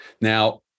Now